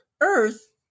earth